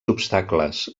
obstacles